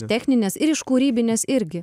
techninės ir iš kūrybinės irgi